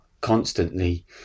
constantly